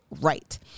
right